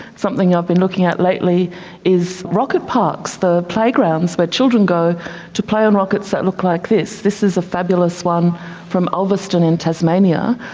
something i've been looking at lately is rocket parks, the playgrounds where but children go to play on rockets that look like this. this is a fabulous one from ulverstone in tasmania,